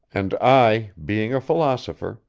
and i, being a philosopher,